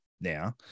now